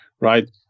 right